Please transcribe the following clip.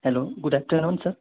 hello good after noon sir